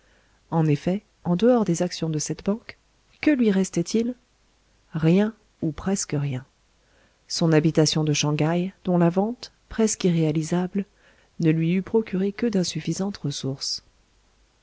en effet en dehors des actions de cette banque que lui restaitil rien ou presque rien son habitation de shang haï dont la vente presque irréalisable ne lui eût procuré que d'insuffisantes ressources